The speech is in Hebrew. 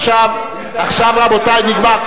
עכשיו, רבותי, נגמר.